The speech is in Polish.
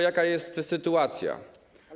Jaka jest sytuacja?